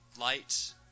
Light